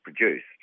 produced